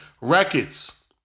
Records